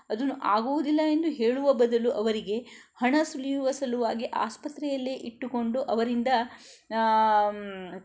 ಅದನ್ನು ಆಗುವುದಿಲ್ಲವೆಂದು ಹೇಳುವ ಬದಲು ಅವರಿಗೆ ಹಣ ಸುಲಿಯುವ ಸಲುವಾಗಿ ಆಸ್ಪತ್ರೆಯಲ್ಲೇ ಇಟ್ಟುಕೊಂಡು ಅವರಿಂದ